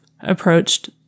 approached